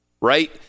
right